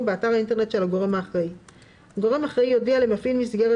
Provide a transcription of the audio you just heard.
באתר האינטרנט של הגורם האחראי; גורם אחראי יודיע למפעיל מסגרת